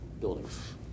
buildings